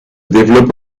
développe